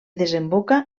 desemboca